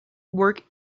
work